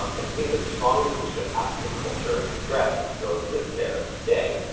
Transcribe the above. um and seeing the strong retention of african culture and dress that still exists there, today.